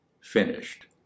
finished